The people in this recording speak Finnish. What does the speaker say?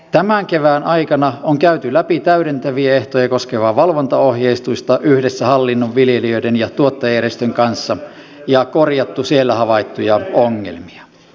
tämän kevään aikana on käyty läpi täydentäviä ehtoja koskevaa valvontaohjeistusta yhdessä hallinnon viljelijöiden ja tuottajajärjestöjen kanssa ja korjattu siellä havaittuja ongelmia